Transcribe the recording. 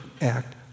act